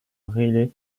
riley